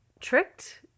tricked